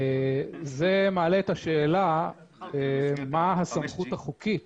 זה מעלה את השאלה מה הסמכות החוקית